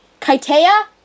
Kaitea